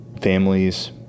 families